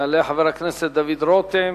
יעלה חבר הכנסת דוד רותם.